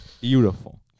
Beautiful